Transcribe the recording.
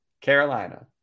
Carolina